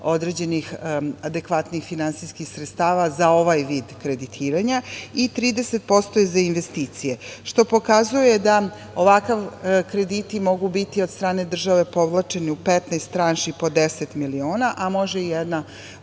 određenih adekvatnih finansijskih sredstava za ovaj vid kreditiranja i 30% je za investicije, što pokazuje da ovakvi krediti mogu biti od strane države povlačeni u 15 tranši po 10 miliona, a može i jedna